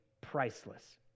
priceless